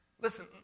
Listen